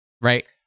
right